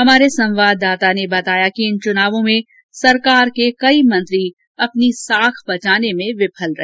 हमारे संवाददाता ने बताया कि इन चुनावों में सरकार के कई मंत्री अपनी साख बचाने में विफल रहे